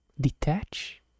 Detach